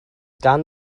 gan